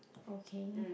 okay